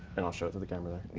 and i'll show it to the camera